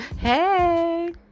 Hey